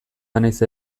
banaiz